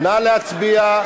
נא להצביע.